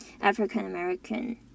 african-american